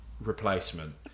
replacement